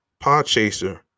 Podchaser